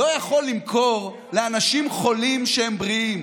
לא יכול למכור לאנשים חולים שהם בריאים,